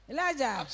Elijah